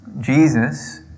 Jesus